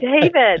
David